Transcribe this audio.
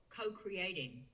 co-creating